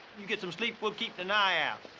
you get some sleep. we'll keep an eye ah